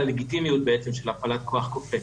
ללגיטימיות בעצם של הפעלת כוח כופה.